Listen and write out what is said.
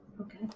Okay